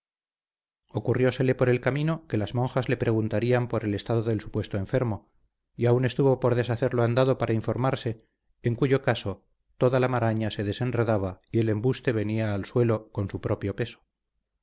villabuena ocurriósele por el camino que las monjas le preguntarían por el estado del supuesto enfermo y aún estuvo por deshacer lo andado para informarse en cuyo caso toda la maraña se desenredaba y el embuste venía al suelo con su propio peso